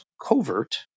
covert